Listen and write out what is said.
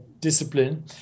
Discipline